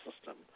system